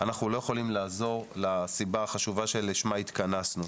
אנחנו לא יכולים לעזור לסיבה החשובה שלשמה התכנסנו.